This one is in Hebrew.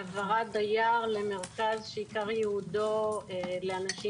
העברת דייר למרכז שעיקר ייעודו לאנשים